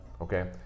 Okay